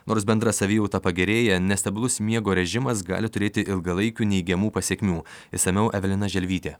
nors bendra savijauta pagerėja nestabilus miego režimas gali turėti ilgalaikių neigiamų pasekmių išsamiau evelina želvytė